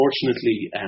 unfortunately